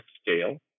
scale